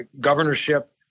governorship